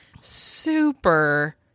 super